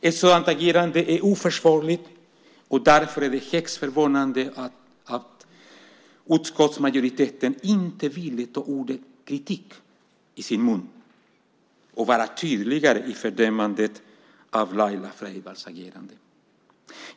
Ett sådant agerande är oförsvarligt, och därför är det högst förvånande att utskottsmajoriteten inte ville ta ordet kritik i sin mun och vara tydligare i fördömandet av Laila Freivalds agerande.